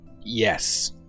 Yes